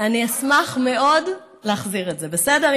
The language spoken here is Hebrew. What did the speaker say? אני אשמח מאוד להחזיר את זה, בסדר?